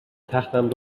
تختم